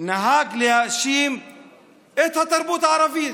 נהג להאשים את התרבות הערבית.